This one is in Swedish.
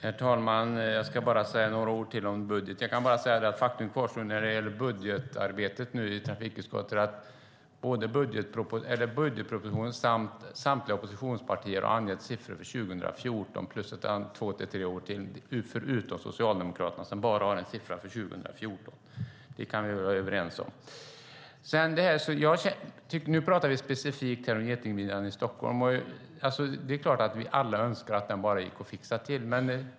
Herr talman! Jag ska bara säga några ord till om budgeten. När det gäller budgetarbetet i trafikutskottet kvarstår faktum att både budgetpropositionen och samtliga oppositionspartier har angett siffror för 2014 plus två till tre år till, utom Socialdemokraterna som bara har en siffra för 2014. Det kan vi väl vara överens om. Nu pratar vi specifikt om getingmidjan i Stockholm. Det är klart att alla önskar att den bara gick att fixa till.